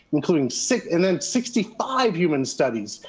including sixty and and sixty five human studies.